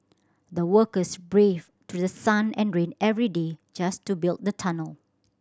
the workers braved sun and rain every day just to build the tunnel